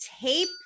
tape